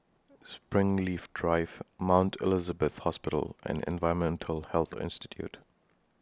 Springleaf Drive Mount Elizabeth Hospital and Environmental Health Institute